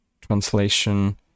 translation